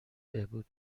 بهبود